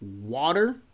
water